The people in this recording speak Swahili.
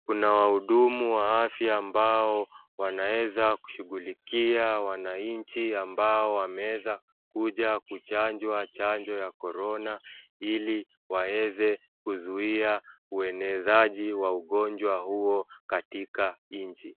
Kuna wahudumu wa afya ambao wanaweza kushughulikia wananchi ambao wameweza kuja kuchanjwa chanjo ya corona ili waweze kuzuia uenezaji wa ugonjwa huo katika nchi.